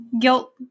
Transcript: guilt